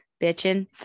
bitching